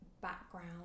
background